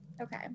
Okay